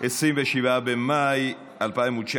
27 במאי 2019,